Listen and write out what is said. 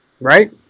right